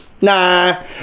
nah